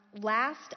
last